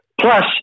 Plus